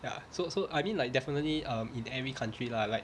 ya so so I mean like definitely um in every country lah like